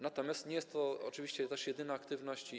Natomiast nie jest to oczywiście też jedyna tutaj aktywność.